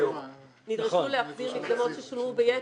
והם נדרשו להחזיר מקדמות ששולמו ביתר.